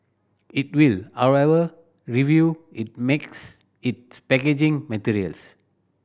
it will however review it makes its packaging materials